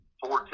four